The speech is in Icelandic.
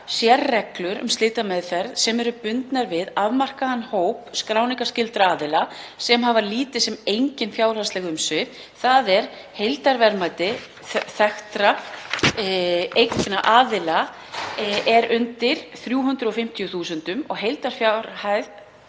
sérreglur um slitameðferð sem eru bundnar við afmarkaðan hóp skráningarskyldra aðila sem hafa lítil sem engin fjárhagsleg umsvif, þ.e. heildarverðmæti þekktra eigna aðila er undir 350.000 kr. og heildarfjárhæð